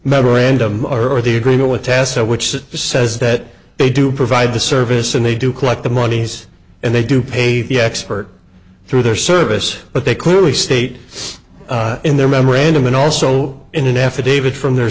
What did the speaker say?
memorandum or or the agreement with tester which says that they do provide the service and they do collect the monies and they do pay the expert through their service but they clearly state in their memorandum and also in an affidavit from their